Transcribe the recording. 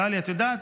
טלי, את יודעת?